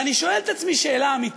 ואני שואל את עצמי שאלה אמיתית: